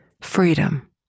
freedom